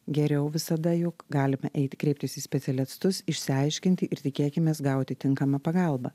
geriau visada juk galime eiti kreiptis į specialistus išsiaiškinti ir tikėkimės gauti tinkamą pagalbą